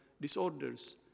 disorders